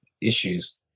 issues